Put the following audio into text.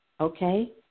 Okay